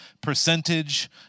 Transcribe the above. percentage